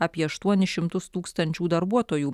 apie aštuonis šimtus tūkstančių darbuotojų